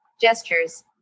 Gestures